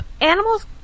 animals